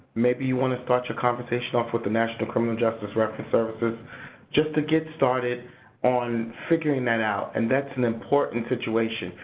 maybe you want to start your conversation off with the national criminal justice reference services just to get started on figuring that out and that's an important situation,